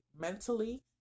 mentally